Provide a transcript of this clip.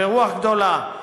ברוח גדולה.